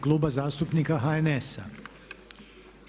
Kluba zastupnika HNS-a.